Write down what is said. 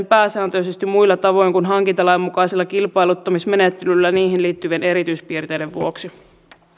pääsääntöisesti muilla tavoin kuin hankintalain mukaisella kilpailuttamismenettelyllä niihin liitty vien erityispiirteiden vuoksi